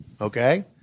okay